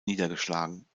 niedergeschlagen